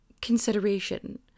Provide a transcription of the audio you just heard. Consideration